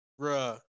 bruh